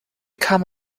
come